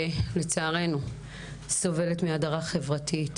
שלצערנו סובלת מהדרה חברתית,